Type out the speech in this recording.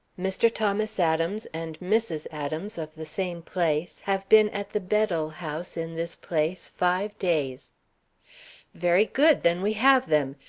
mr. thomas adams and mrs. adams of the same place have been at the bedell house in this place five days very good then we have them!